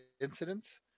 incidents